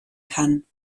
kann